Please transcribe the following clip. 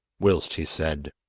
whilst he said